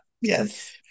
Yes